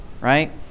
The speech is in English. right